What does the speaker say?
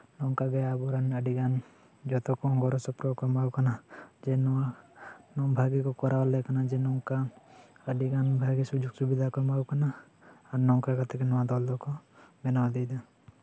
ᱱᱚᱝᱠᱟᱜᱮ ᱟᱵᱚᱨᱮᱱ ᱟᱹᱰᱤᱜᱟᱱ ᱡᱚᱛᱚ ᱠᱚ ᱜᱚᱲᱚ ᱥᱚᱯᱚᱦᱚᱫ ᱠᱚ ᱮᱢᱟᱣ ᱟᱠᱚ ᱠᱟᱱᱟ ᱡᱮ ᱱᱚᱣᱟ ᱵᱷᱟᱹᱜᱤ ᱠᱚᱨᱟᱣ ᱟᱞᱮ ᱠᱟᱱᱟ ᱡᱮ ᱱᱚᱝᱠᱟ ᱟᱹᱰᱤᱜᱟᱱ ᱵᱷᱟᱜᱮ ᱥᱩᱡᱳᱜ ᱥᱩᱵᱤᱫᱷᱟ ᱠᱚ ᱮᱢᱟᱣ ᱠᱚ ᱠᱟᱱᱟ ᱟᱨ ᱱᱚᱝᱠᱟ ᱠᱟᱛᱮᱜ ᱜᱮ ᱱᱚᱣᱟ ᱫᱚᱞ ᱫᱚᱠᱚ ᱵᱮᱱᱟᱣ ᱤᱫᱤᱭᱫᱟ